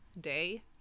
day